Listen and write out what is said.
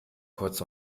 kurz